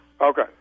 Okay